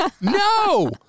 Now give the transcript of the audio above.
No